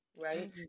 right